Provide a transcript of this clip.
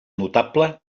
notable